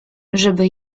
żeby